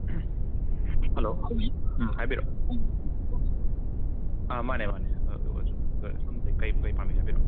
hello ꯍꯥꯏꯕꯤꯔꯑꯣ ꯃꯥꯅꯦ ꯃꯥꯅꯦ ꯑꯗꯨꯒꯁꯨ ꯁꯣꯝ ꯀꯩ ꯄꯥꯝꯕꯤꯒꯦ ꯍꯥꯏꯕꯤꯔꯑꯣ